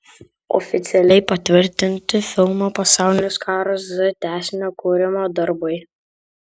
oficialiai patvirtinti filmo pasaulinis karas z tęsinio kūrimo darbai